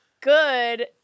good